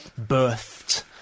birthed